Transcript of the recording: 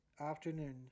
afternoon